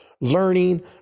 Learning